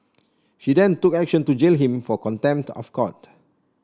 she then took action to jail him for contempt of court